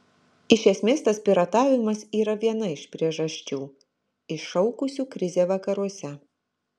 iš esmės tas piratavimas yra viena iš priežasčių iššaukusių krizę vakaruose